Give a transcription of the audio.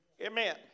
Amen